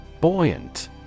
Buoyant